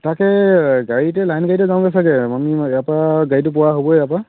তাকে গাড়ীতে লাইন গাড়ীতে যাওঁগৈ চাগৈ আমি ইয়াৰপৰা গাড়ীতো পোৱা হ'বই ইয়াৰপৰা